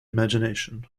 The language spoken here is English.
imagination